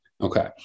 Okay